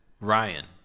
Ryan